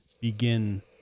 begin